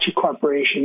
Corporation